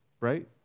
Right